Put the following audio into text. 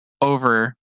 over